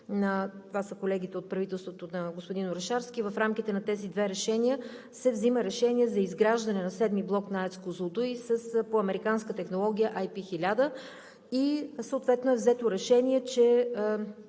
това са колегите от правителството на господин Орешарски. В рамките на тези две решения се взима решение за изграждане на VII блок на АЕЦ „Козлодуй“ по американска технология IP 1000 и съответно е взето решение, че